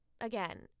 again